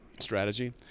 strategy